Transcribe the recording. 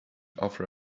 offer